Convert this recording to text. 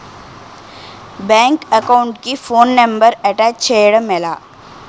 Bank account కి phone number attach చేయడం ఎలా?